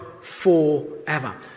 forever